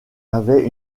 avait